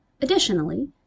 Additionally